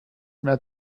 mehr